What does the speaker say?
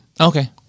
Okay